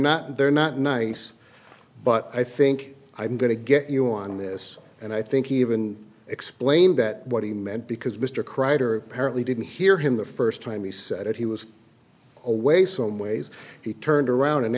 not they're not nice but i think i'm going to get you on this and i think he even explained that what he meant because mr kreider apparently didn't hear him the first time he said it he was away some ways he turned around and